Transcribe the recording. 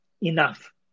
enough